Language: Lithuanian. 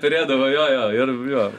turėdavo jo jo ir jo